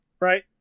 Right